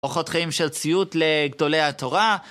אורחות חיים של ציוט לגדולי התורה